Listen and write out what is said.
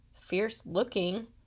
fierce-looking